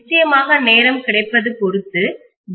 நிச்சயமாக நேரம் கிடைப்பது பொறுத்து டி